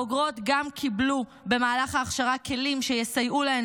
הבוגרות קיבלו במהלך ההכשרה גם כלים שיסייעו להן